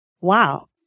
Wow